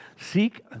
seek